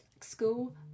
school